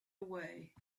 away